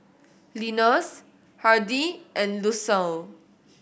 Linus Hardie and Lucille